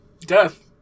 Death